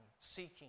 seeking